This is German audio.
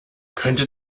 könnte